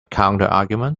counterargument